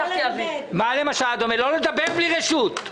לא לדבר בלי רשות.